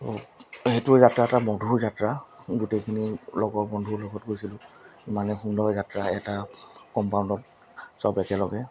তো সেইটো যাত্ৰা এটা মধুৰ যাত্ৰা গোটেইখিনি লগৰ বন্ধুৰ লগত গৈছিলোঁ ইমানেই সুন্দৰ যাত্ৰা এটা কম্পাউণ্ডত চব একেলগে